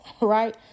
right